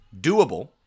doable